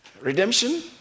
redemption